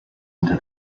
into